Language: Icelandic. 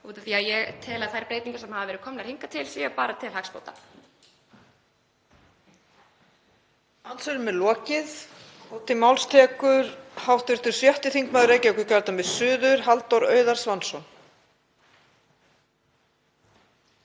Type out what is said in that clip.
því að ég tel að þær breytingar sem hafa verið gerðar hingað til séu bara til hagsbóta.